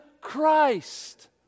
Christ